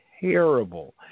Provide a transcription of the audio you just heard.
terrible